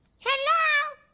hello?